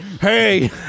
hey